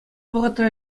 вӑхӑтра